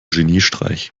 geniestreich